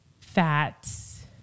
fats